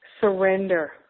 surrender